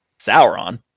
Sauron